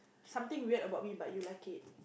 something weird about me but you like it